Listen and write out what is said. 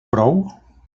prou